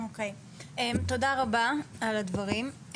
תודה רבה על הדברים.